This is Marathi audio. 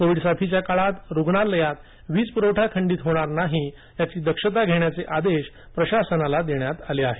कोविड साथीच्या काळात रुग्णालयात वीजपुरवठा खंडित होणार नाही याची दक्षता घेण्याचे आदेश प्रशासनाला देण्यात आले आहेत